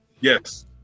yes